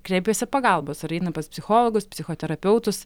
kreipiasi pagalbos ir eina pas psichologus psichoterapeutus